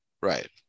Right